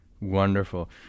Wonderful